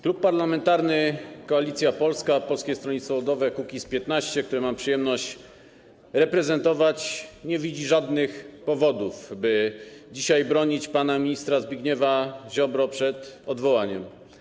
Klub Parlamentarny Koalicja Polska - Polskie Stronnictwo Ludowe - Kukiz15, który mam przyjemność reprezentować, nie widzi żadnych powodów, by dzisiaj bronić pana ministra Zbigniewa Ziobrę przed odwołaniem.